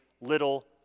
little